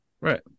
Right